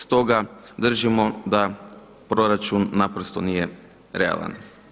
Stoga držimo da proračun naprosto nije realan.